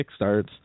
kickstarts